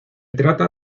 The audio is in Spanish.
trata